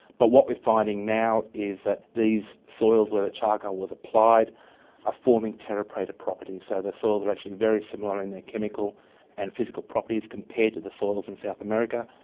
but what we are finding now is that these soils where the charcoal was applied are forming terra preta properties. so the soils are actually very similar in their chemical and physical properties compared to the soils in south america,